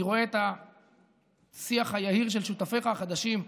אני רואה את השיח היהיר של שותפיך החדשים.